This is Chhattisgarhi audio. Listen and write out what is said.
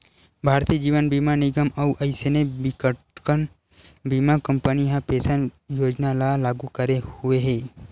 भारतीय जीवन बीमा निगन अउ अइसने बिकटकन बीमा कंपनी ह पेंसन बीमा योजना ल लागू करे हुए हे